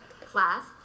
class